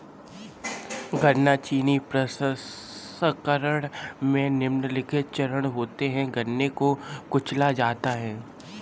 गन्ना चीनी प्रसंस्करण में निम्नलिखित चरण होते है गन्ने को कुचला जाता है